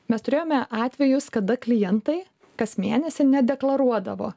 mes turėjome atvejus kada klientai kas mėnesį nedeklaruodavo